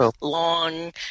long